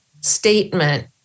statement